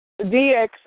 DX